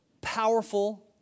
powerful